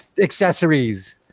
accessories